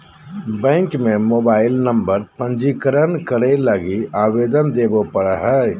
bank में mobile number पंजीकरण करे लगी आवेदन देबे पड़ो हइ